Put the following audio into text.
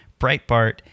Breitbart